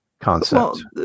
concept